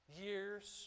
years